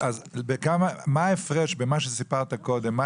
מה ההפרש בין מה שסיפרת קודם,